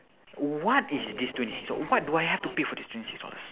what is this twenty six what do I have to pay for this twenty six dollars